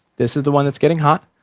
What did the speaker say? this is the one that's getting hot.